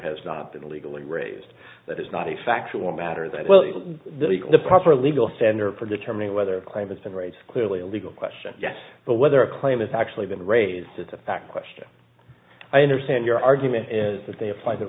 has not been illegally raised that is not a factual matter that well that the proper legal standard for determining whether climate generates clearly a legal question yes but whether a claim is actually been raised it's a fact question i understand your argument is that they apply the